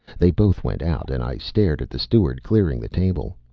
they both went out, and i stared at the steward clearing the table.